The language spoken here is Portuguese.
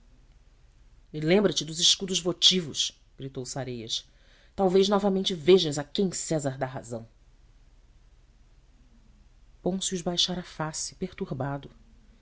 lembra-te dos escudos votivos gritou sareias talvez novamente vejas a quem césar dá razão pôncio baixara a face perturbado